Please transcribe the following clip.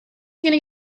going